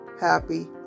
happy